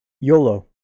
YOLO